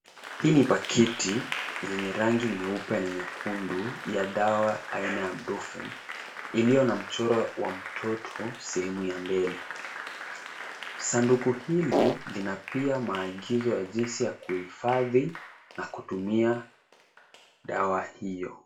Hii ni pakiti yenye rangi nyeupe na nyekundu ya dawa aina ya Brufen iliyo na mchoro wa mtoto sehemu ya mbele. Sanduku hili lina pia maagizo ya jinsi ya kuhifadhi na kutumia dawa hiyo.